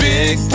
Big